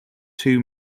two